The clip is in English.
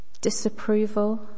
disapproval